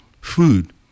food